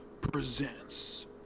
presents